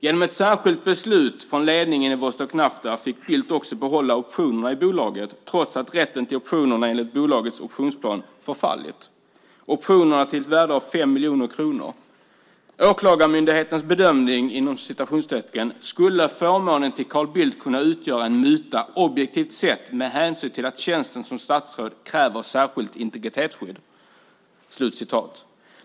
Genom ett särskilt beslut från ledningen i Vostok Nafta fick Bildt också behålla optionerna i bolaget trots att rätten till optionerna enligt bolagets optionsplan förfallit - optioner till ett värde av 5 miljoner kronor. Enligt Åklagarmyndighetens bedömning "skulle förmånen till Carl Bildt kunna utgöra en muta objektivt sett med hänsyn till att tjänsten som statsråd kräver särskilt integritetsskydd".